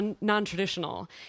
non-traditional